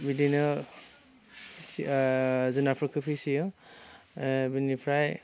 बिदिनो जुनारफोरखौ फिसियो बिनिफ्राय